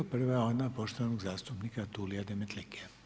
Prva je ona poštovanog zastupnika Tulia Demetlike.